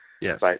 Yes